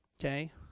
Okay